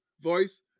voice